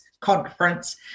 conference